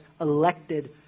elected